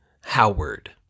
Howard